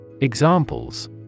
Examples